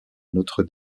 notre